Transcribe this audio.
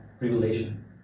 regulation